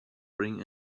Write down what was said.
ring